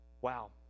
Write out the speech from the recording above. Wow